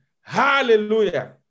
hallelujah